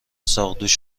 ساقدوش